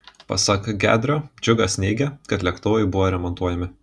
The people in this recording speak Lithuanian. pasak gedrio džiužas neigė kad lėktuvai buvo remontuojami